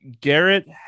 Garrett